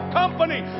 company